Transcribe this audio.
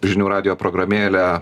žinių radijo programėlę